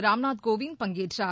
ராம்நாத் கோவிந்த் பங்கேற்றார்